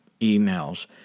emails